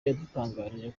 yadutangarije